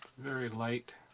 very light,